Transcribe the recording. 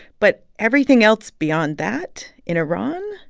but everything else beyond that, in iran,